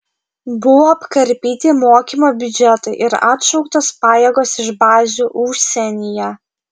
buvo apkarpyti mokymo biudžetai ir atšauktos pajėgos iš bazių užsienyje